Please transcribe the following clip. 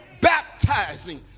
baptizing